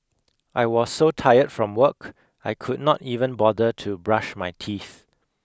I was so tired from work I could not even bother to brush my teeth